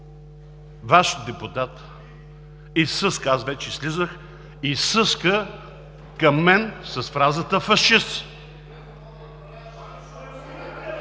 Ваш депутат изсъска към мен с фразата: „Фашист!“.